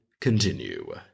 continue